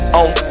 on